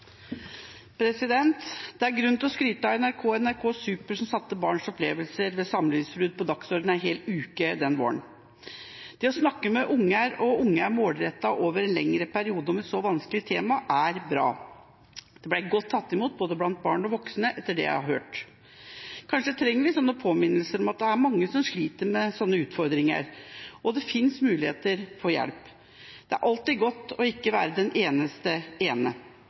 3. Det er grunn til å skryte av NRK og NRK Super, som satte barns opplevelser ved samlivsbrudd på dagsordenen en hel uke denne våren. Det å snakke med barn og til barn målrettet over en lengre periode om et så vanskelig tema er bra. Det ble godt tatt imot blant både barn og voksne, etter det jeg har hørt. Kanskje trenger vi slike påminnelser om at det er mange som sliter med de samme utfordringene, og at det finnes muligheter til å få hjelp. Det er alltid godt ikke å være den eneste ene.